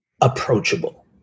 approachable